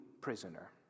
prisoner